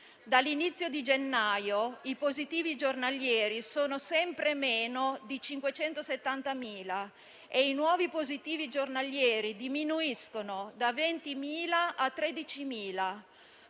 Dall'inizio di gennaio i positivi giornalieri sono sempre meno di 570.000 e i nuovi positivi giornalieri diminuiscono da 20.000 a 13.000.